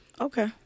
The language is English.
Okay